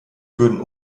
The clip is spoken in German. würden